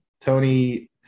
Tony